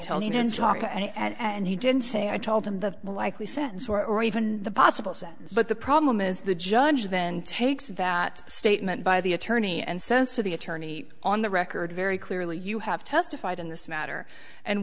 talk and he didn't say i told him the likely sentence or even the possible sentence but the problem is the judge then takes that statement by the attorney and says to the attorney on the record very clearly you have testified in this matter and